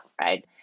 right